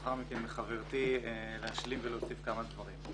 ולאחר מכן אני אבקש מחברתי להשלים ולהוסיף כמה דברים.